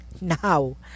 Now